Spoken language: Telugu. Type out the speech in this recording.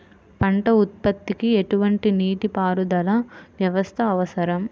పంట ఉత్పత్తికి ఎటువంటి నీటిపారుదల వ్యవస్థ అవసరం?